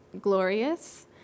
glorious